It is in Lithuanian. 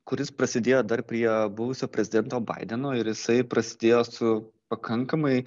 kuris prasidėjo dar prie buvusio prezidento baideno ir jisai prasidėjo su pakankamai